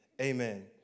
amen